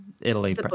Italy